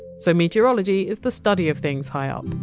so meteorology is the study of things high up.